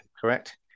correct